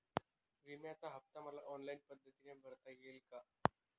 विम्याचा हफ्ता मला ऑनलाईन पद्धतीने भरता येईल का?